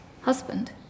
husband